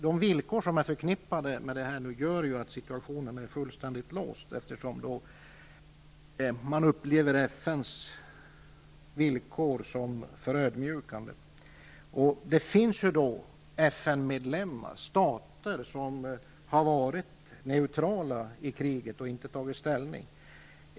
De villkor som är förknippade med insatserna gör att situationen är fullständigt låst, eftersom Irak upplever FN:s villkor som förödmjukande. Det finns FN-medlemmar som har varit neutrala i kriget och alltså inte tagit ställning.